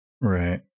Right